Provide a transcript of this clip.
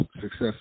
success